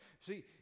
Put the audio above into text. See